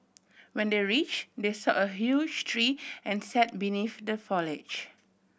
when they reach they saw a huge tree and sat beneath the foliage